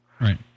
Right